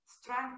strength